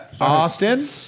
Austin